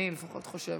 אני לפחות חושבת.